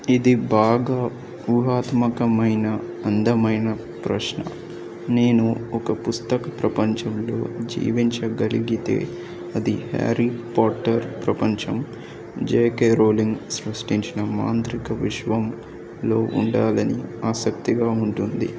ఇది బాగా ఊహాత్మకమైన అందమైన ప్రశ్న నేను ఒక పుస్తక ప్రపంచంలో జీవించగలిగితే అది హ్యారీ పాటర్ ప్రపంచం జేకే రోలింగ్ సృష్టించిన మాంత్రిక విశ్వంలో ఉండాలని ఆసక్తిగా ఉంటుంది